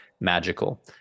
magical